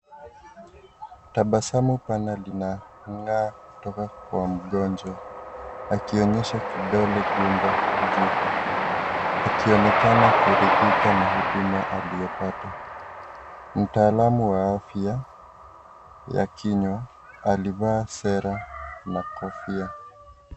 Tabasamu pale kinang'aa kutoka kwa mgonjwa akionyesha kidole gumba juu akionekana kuridhika na huduma aliyopata, mtaalamu wa afya wa kinywa alivaa sera na kofia .